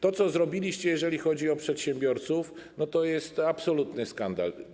To, co zrobiliście, jeżeli chodzi o przedsiębiorców, to jest absolutny skandal.